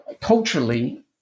culturally